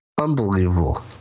Unbelievable